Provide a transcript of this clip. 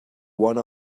one